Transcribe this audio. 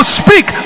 speak